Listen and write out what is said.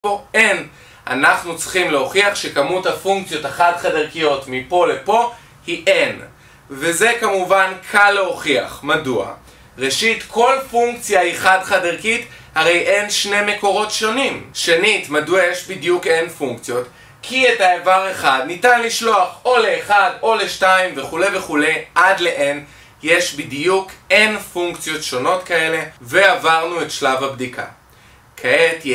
N. אנחנו צריכים להוכיח שכמות הפונקציות החד-חדרכיות מפה לפה היא N, וזה כמובן קל להוכיח. מדוע? ראשית, כל פונקציה היא חד חד-עדרכית, הרי N שני מקורות שונים. שנית, מדוע יש בדיוק N פונקציות? כי את העבר אחד ניתן לשלוח או לאחד או לשתיים וכולי וכולי עד ל-N, יש בדיוק N פונקציות שונות כאלה, ועברנו את שלב הבדיקה. אוקיי, תהיי.